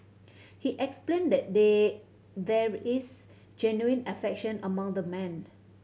he explained that they there is genuine affection among the men